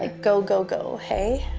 ah go, go, go, hey.